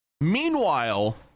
meanwhile